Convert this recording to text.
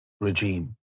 regime